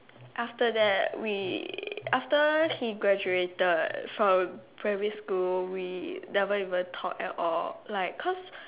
after that we after he graduated from primary school we never even talk at all like cause